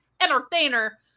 entertainer